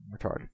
Retarded